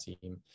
team